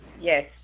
yes